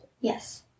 Yes